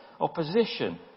opposition